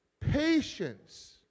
patience